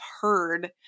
heard